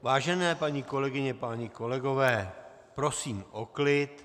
Vážené paní kolegyně, páni kolegové, prosím o klid.